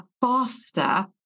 faster